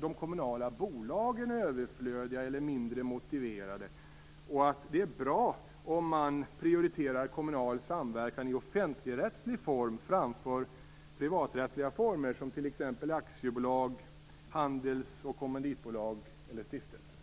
de kommunala bolagen överflödiga eller mindre motiverade och att det är bra, om kommunal samverkan i offentligrättslig form prioriteras framför privaträttsliga former som t.ex. aktiebolag, handels och kommanditbolag eller stiftelser.